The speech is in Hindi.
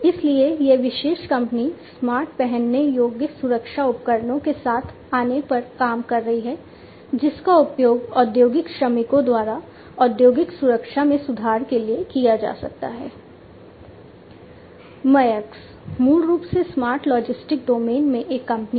इसलिए यह विशेष कंपनी स्मार्ट पहनने योग्य सुरक्षा उपकरणों के साथ आने पर काम कर रही है जिसका उपयोग औद्योगिक श्रमिकों द्वारा औद्योगिक सुरक्षा में सुधार के लिए किया जा सकता है